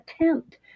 attempt